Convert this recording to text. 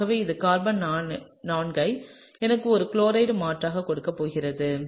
ஆகவே இது கார்பன் 4 ஐ எனக்கு ஒரு குளோரைடு மாற்றாகக் கொடுக்கப் போகிறது